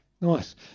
Nice